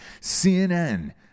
CNN